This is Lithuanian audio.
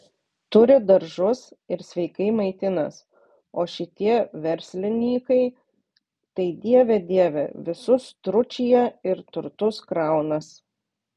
turi daržus ir sveikai maitinas o šitie verslinykai tai dieve dieve visus tručija ir turtus kraunas